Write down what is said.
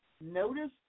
notice